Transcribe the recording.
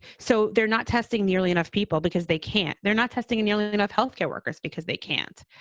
so they're not testing nearly enough people because they can't they're not testing nearly enough health care workers because they can't.